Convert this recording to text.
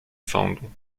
sądu